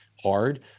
hard